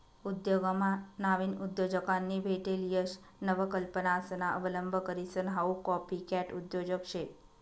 उद्योगमा नाविन उद्योजकांनी भेटेल यश नवकल्पनासना अवलंब करीसन हाऊ कॉपीकॅट उद्योजक शे